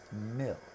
milk